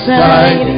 side